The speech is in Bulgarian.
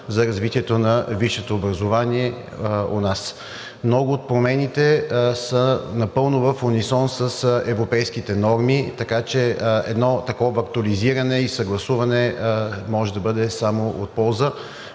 за развитието на висшето образование у нас. Много от промените са напълно в унисон с европейските норми, така че едно такова актуализиране и съгласуване може да бъде само от полза